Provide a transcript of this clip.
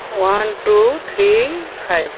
one two three five